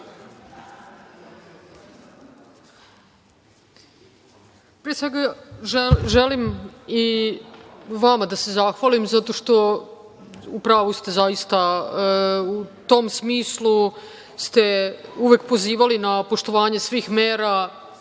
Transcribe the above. Pre svega, želim i vama da se zahvalim zato što, u pravu ste, zaista, u tom smislu ste uvek pozivali na poštovanje svih mera,